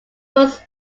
was